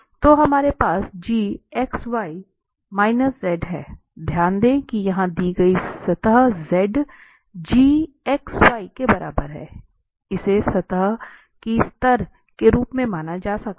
तो हमारे पास gxy z है और ध्यान दें कि यहां दी गई सतह z gxyके बराबर है इसे स्तर की सतह के रूप में माना जा सकता है